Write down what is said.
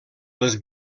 les